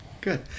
good